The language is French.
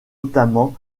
notamment